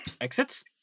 Exits